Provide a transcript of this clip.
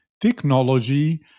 Technology